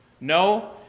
No